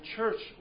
church